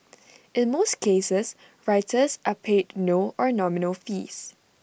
in most cases writers are paid no or nominal fees